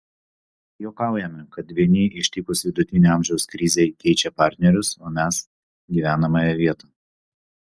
juokaujame kad vieni ištikus vidutinio amžiaus krizei keičia partnerius o mes gyvenamąją vietą